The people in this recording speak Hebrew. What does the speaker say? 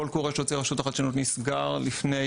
קול קורא שהוציאה רשות החדשנות נסגר לפני